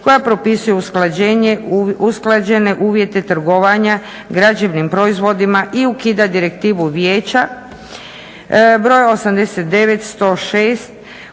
koja propisuje usklađene uvjete trgovanja građevnim proizvodima i ukida Direktivu Vijeća br. 89/106,